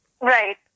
Right